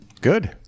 Good